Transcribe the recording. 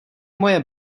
moje